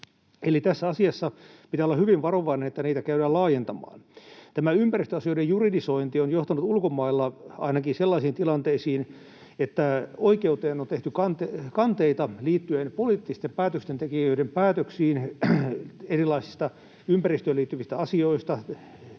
tässä asiassa pitää olla hyvin varovainen, jos niitä käydään laajentamaan. Tämä ympäristöasioiden juridisointi on johtanut ainakin ulkomailla sellaisiin tilanteisiin, että oikeuteen on tehty kanteita liittyen poliittisten päätöstentekijöiden päätöksiin erilaisista ympäristöön liittyvistä asioista